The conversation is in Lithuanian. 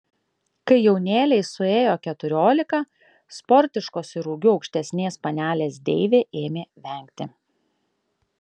kai jaunėlei suėjo keturiolika sportiškos ir ūgiu aukštesnės panelės deivė ėmė vengti